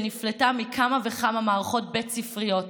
שנפלטה מכמה וכמה מערכות בית ספריות,